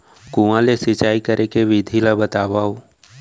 कुआं ले सिंचाई करे के विधि ला बतावव?